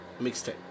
mixtape